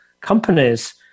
companies